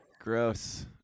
Gross